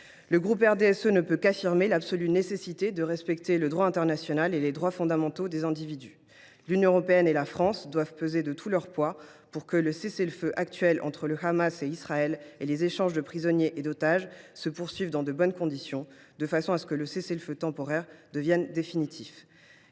Le groupe du RDSE ne peut qu’affirmer l’absolue nécessité de respecter le droit international et les droits fondamentaux des individus. L’Union européenne et la France doivent peser de tout leur poids pour que le cessez le feu actuel entre le Hamas et Israël et les échanges de prisonniers et d’otages se poursuivent dans de bonnes conditions, afin que le cessez le feu temporaire devienne définitif.